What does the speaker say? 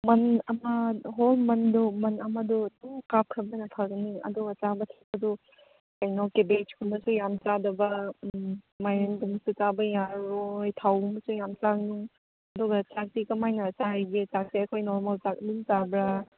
ꯃꯟ ꯑꯃ ꯍꯣꯜ ꯃꯟꯗꯨ ꯃꯟ ꯑꯃꯗꯨ ꯑꯗꯨꯝ ꯀꯥꯞꯈ꯭ꯔꯕꯅꯤꯅ ꯐꯒꯅꯤ ꯑꯗꯨꯒ ꯆꯥꯕ ꯊꯛꯄꯗꯨ ꯀꯩꯅꯣ ꯀꯦꯕꯦꯖ ꯀꯨꯝꯕꯁꯦ ꯌꯥꯝ ꯆꯥꯗꯕ ꯎꯝ ꯃꯥꯏꯔꯦꯟꯒꯨꯝꯕꯁꯨ ꯆꯥꯕ ꯌꯥꯔꯔꯣꯏ ꯊꯥꯎꯒꯨꯝꯕꯁꯨ ꯌꯥꯝ ꯆꯥꯒꯅꯨ ꯑꯗꯨꯒ ꯆꯥꯛꯇꯤ ꯀꯃꯥꯏꯅ ꯆꯥꯔꯤꯒꯦ ꯆꯥꯛꯁꯦ ꯑꯩꯈꯣꯏ ꯅꯣꯔꯃꯦꯜ ꯆꯥꯛ ꯑꯗꯨꯝ ꯆꯥꯕ꯭ꯔꯥ